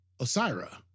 Osira